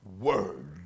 word